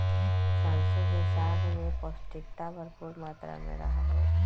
सरसों के साग में पौष्टिकता भरपुर मात्रा में रहा हई